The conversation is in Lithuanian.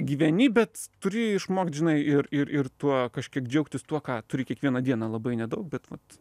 gyveni bet turi išmokt žinai ir ir ir tuo kažkiek džiaugtis tuo ką turi kiekvieną dieną labai nedaug bet vat